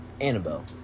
Annabelle